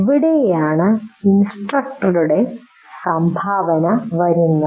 ഇവിടെയാണ് ഇൻസ്ട്രക്ടറുടെ സംഭാവന വരുന്നത്